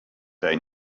they